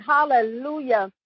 Hallelujah